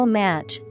match